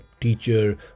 teacher